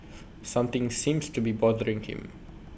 something seems to be bothering him